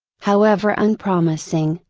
however unpromising,